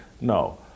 No